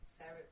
Sarah